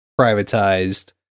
privatized